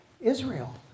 Israel